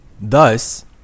thus